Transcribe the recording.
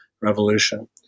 Revolution